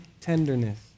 tenderness